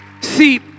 See